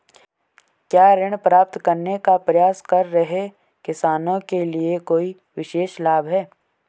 क्या ऋण प्राप्त करने का प्रयास कर रहे किसानों के लिए कोई विशेष लाभ हैं?